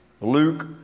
Luke